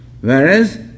whereas